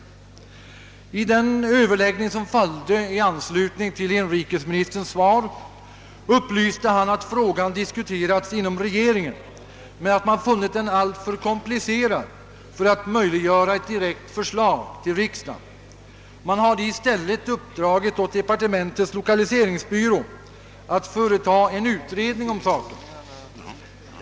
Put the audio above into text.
Vid den överläggning som följde i anslutning till inrikesministerns svar upplyste han om att frågan diskuterats inom regeringen men att man funnit den alltför komplicerad för att möjliggöra ett direkt förslag till riksdagen. Man hade i stället uppdragit åt departementets lokaliseringsbyrå att företa en ut redning om saken.